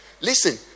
Listen